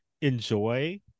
enjoy